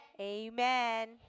amen